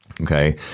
Okay